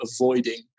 avoiding